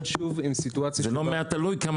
שוב עם סיטואציה --- זה לא מעט תלוי כמה